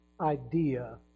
idea